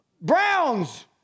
Browns